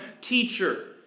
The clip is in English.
teacher